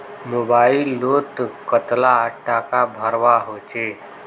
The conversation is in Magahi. मोबाईल लोत कतला टाका भरवा होचे?